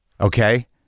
Okay